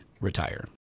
retire